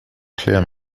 claire